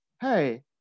hey